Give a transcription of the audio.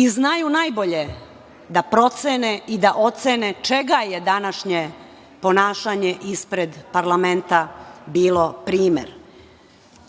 i znaju najbolje da procene i da ocene čega je današnje ponašanje ispred parlamenta bilo primer.